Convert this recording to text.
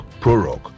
ProRock